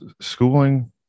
Schooling